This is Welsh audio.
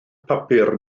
papur